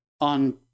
on